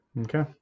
Okay